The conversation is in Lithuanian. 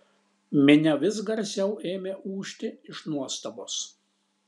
minia vis garsiau ėmė ūžti iš nuostabos